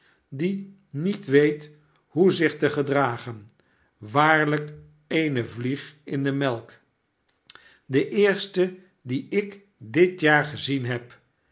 die niet weet hoe zich te gedragen waarlijk eene vlieg in de melk de eerste die ik dit jaar gezien heb